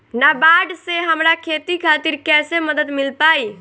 नाबार्ड से हमरा खेती खातिर कैसे मदद मिल पायी?